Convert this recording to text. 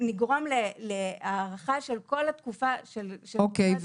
אנחנו נגרום להארכה של כל התקופה של --- אוקיי,